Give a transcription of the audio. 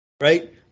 Right